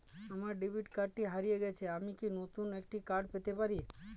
আমার ডেবিট কার্ডটি হারিয়ে গেছে আমি কি নতুন একটি কার্ড পেতে পারি?